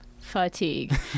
fatigue